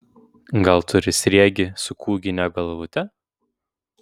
gal turi sriegį su kūgine galvute